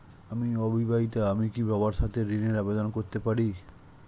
আমি অবিবাহিতা আমি কি বাবার সাথে ঋণের আবেদন করতে পারি?